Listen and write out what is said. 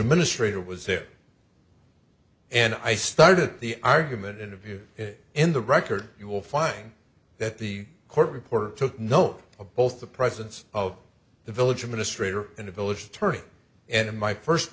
administrator was there and i started the argument interview in the record you'll find that the court reporter took note of both the presence of the village administrator and a village attorney and in my first